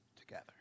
together